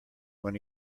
when